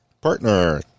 Partner